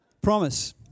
Promise